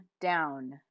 down